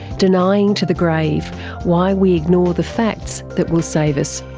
denying to the grave why we ignore the facts that will save us.